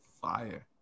fire